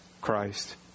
Christ